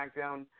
SmackDown